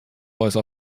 voice